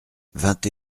vingt